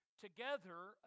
together